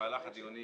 במהלך הדיונים